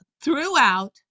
throughout